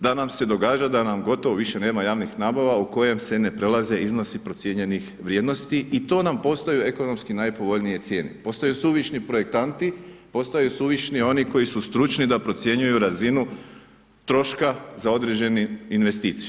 Da nam se događa da nam gotovo više nema javnih nabava u kojem se ne prelaze iznosi procijenjenih vrijednosti i to nam postoje ekonomski najpovoljnije cijene, postaju suvišni projektanti, postaju suvišni oni koji su stručni da procjenjuju razinu troška za određenu investiciju.